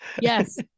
Yes